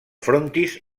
frontis